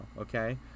okay